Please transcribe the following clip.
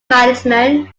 management